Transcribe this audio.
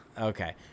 Okay